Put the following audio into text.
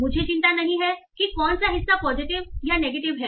मुझे चिंता नहीं है कि कौन सा हिस्सा पॉजिटिव या नेगेटिव है